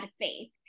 faith